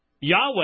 Yahweh